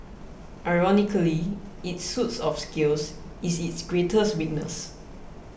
ironically its suit of scales is its greatest weakness